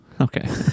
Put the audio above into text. okay